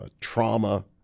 trauma